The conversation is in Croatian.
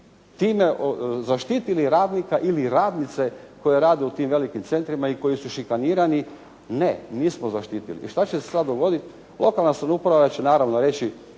time zaštitili radnika ili radnice koje rade u tim velikim centrima i koji su šikanirani? Ne, nismo zaštitili. I šta će se sada dogoditi? Lokalna samouprava će naravno reći